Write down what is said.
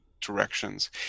directions